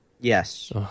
Yes